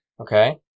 Okay